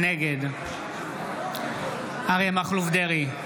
נגד אריה מכלוף דרעי,